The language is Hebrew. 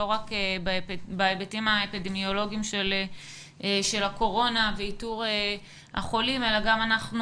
לא רק בהיבטים האפידמיולוגיים של הקורונה ואיתור החולים אלא גם אנחנו